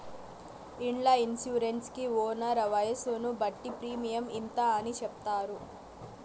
ఇండ్ల ఇన్సూరెన్స్ కి ఓనర్ వయసును బట్టి ప్రీమియం ఇంత అని చెప్తారు